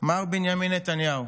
מר בנימין נתניהו: